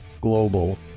global